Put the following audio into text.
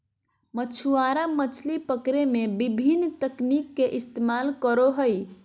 मछुआरा मछली पकड़े में विभिन्न तकनीक के इस्तेमाल करो हइ